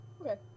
Okay